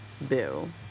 Boo